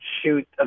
shoot